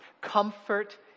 Comfort